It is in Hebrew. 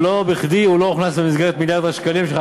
ולא בכדי הוא לא הוכנס במסגרת מיליארד השקלים שלך,